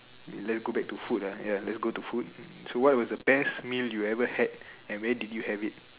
let's go back to food ah ya let's go to food so what was the best meal you ever had and where did you have it